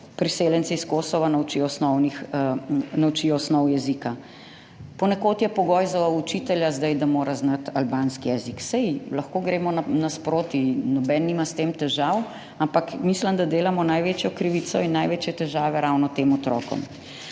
priseljenci s Kosova naučijo osnov jezika. Ponekod je zdaj pogoj za učitelja, da mora znati albanski jezik. Saj lahko gremo naproti, nihče nima s tem težav, ampak mislim, da delamo največjo krivico in največje težave ravno tem otrokom.